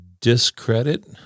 discredit